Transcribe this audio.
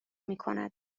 میکند